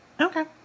okay